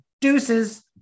Deuces